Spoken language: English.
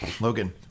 Logan